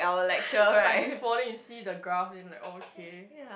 time for they see the graph then like okay